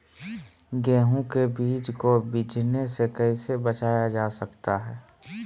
गेंहू के बीज को बिझने से कैसे बचाया जा सकता है?